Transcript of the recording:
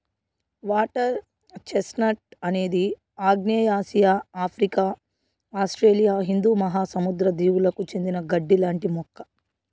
water chestnut అనేది ఆగ్నేయాసియా, Africa, Australia హిందూ మహాసముద్ర దీవులకు చెందిన గడ్డి లాంటి మొక్క